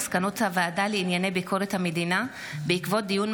המוסד לביטוח לאומי בחולי סרטן העור עקב חשיפה